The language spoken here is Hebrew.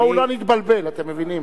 בואו לא נתבלבל, אתם מבינים.